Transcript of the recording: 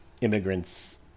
immigrants